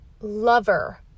lover